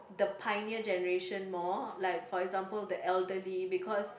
the pioneer generation more like for example the elderly because